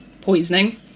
poisoning